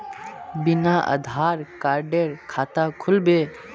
बिना आधार कार्डेर खाता खुल बे?